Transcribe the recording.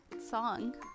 song